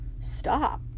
Stop